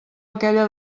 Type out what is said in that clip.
aquella